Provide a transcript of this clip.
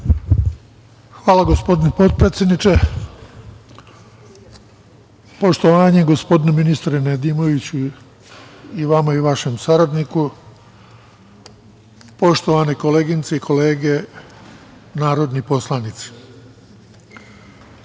Hvala gospodine potpredsedniče. Poštovanje gospodine ministre Nedimoviću vama i vašim saradniku. Poštovane koleginice i kolege narodni poslanici,